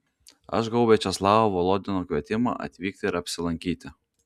aš gavau viačeslavo volodino kvietimą atvykti ir apsilankyti